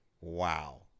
Wow